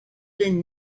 been